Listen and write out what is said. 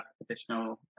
additional